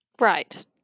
Right